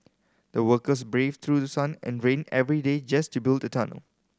the workers braved through sun and rain every day just to build the tunnel